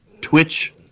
Twitch